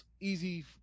easy